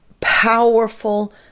powerful